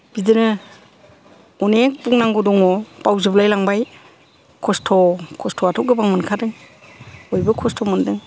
बिदिनो अनेक बुंनांगौ दङ बावजोबलायलांबाय कस्त' कस्त'वाथ' गोबां मोनखादों बयबो कस्त' मोनदों